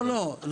אז כמה?